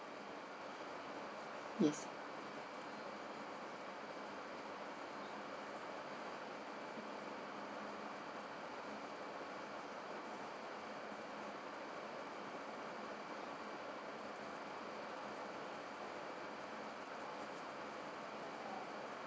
yes